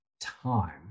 time